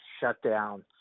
shutdown